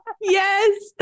Yes